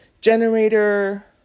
generator